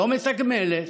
לא מתגמלת,